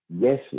yes